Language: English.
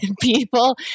people